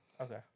Okay